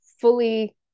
fully